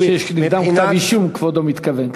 הוא, שיש נגדם כתב-אישום, כבודו מתכוון.